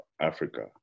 Africa